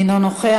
אנא פנה